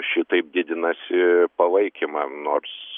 šitaip didinasi palaikymą nors